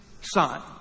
Son